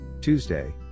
Tuesday